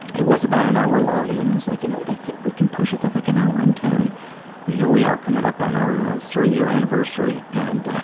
it was about an hour long and then i was like you know what i think we can push it to like an hour and ten and here we are coming up on our three year anniversary and